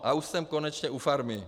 A už jsem konečně u farmy.